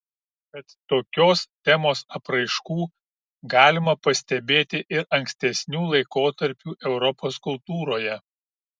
bet tokios temos apraiškų galima pastebėti ir ankstesnių laikotarpių europos kultūroje